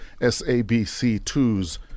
SABC2s